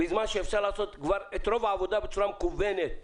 בזמן שאפשר לעשות את רוב העבודה בצורה מקוונת.